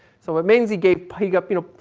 so it means he gave, he got you know,